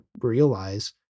realize